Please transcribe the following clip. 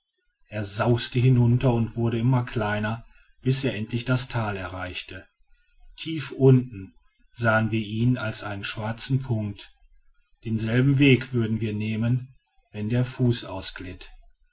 er sauste hinunter und wurde immer kleiner bis er endlich das tal erreichte tief unten sahen wir ihn als einen schwarzen punkt denselben weg würden wir nehmen wenn der fuß ausglitt